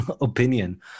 opinion